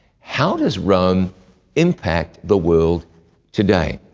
how does rome impact the world today,